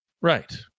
Right